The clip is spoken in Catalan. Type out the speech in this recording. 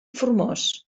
formós